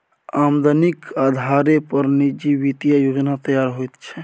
आमदनीक अधारे पर निजी वित्तीय योजना तैयार होइत छै